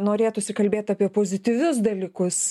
norėtųsi kalbėt apie pozityvius dalykus